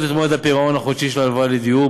את חובת הפירעון החודשי של הלוואה לדיור,